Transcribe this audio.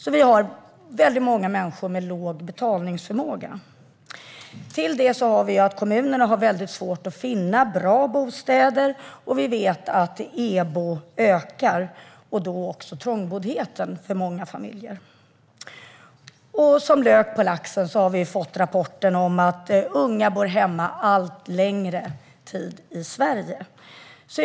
Vi har alltså väldigt många människor med låg betalningsförmåga. Till det kommer att kommunerna har svårt att finna bra bostäder. Vi vet att EBO ökar och därmed även trångboddheten för många familjer. Som lök på laxen har vi fått rapporten om att unga i Sverige bor kvar hemma allt längre tid.